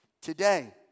today